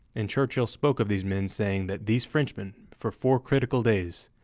and churchill spoke of these men saying that these frenchmen, for four critical days,